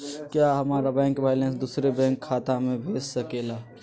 क्या हमारा bank balance दूसरे बैंक खाता में भेज सके ला?